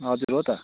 हजुर हो त